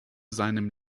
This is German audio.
seinem